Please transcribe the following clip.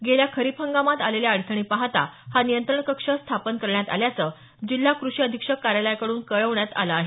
गेल्या खरीप हंगामात आलेल्या अडचणी पाहता हा नियंत्रण कक्ष स्थापन करण्यात आल्याचं जिल्हा कृषी अधिक्षक कार्यालयाकडून कळवण्यात आलं आहे